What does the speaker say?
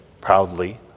proudly